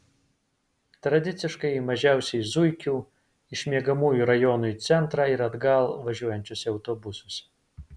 tradiciškai mažiausia zuikių iš miegamųjų rajonų į centrą ir atgal važiuojančiuose autobusuose